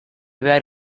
behar